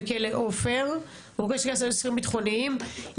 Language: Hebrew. בכלא עופר עם אסירים ביטחוניים,